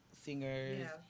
singers